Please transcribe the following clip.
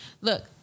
look